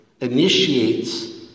initiates